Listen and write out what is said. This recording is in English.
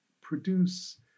produce